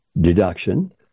deduction